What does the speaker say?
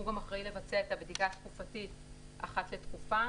הוא גם אחראי לבצע את הבדיקה התקופתית אחת לתקופה,